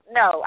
no